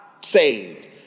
saved